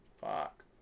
fuck